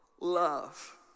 love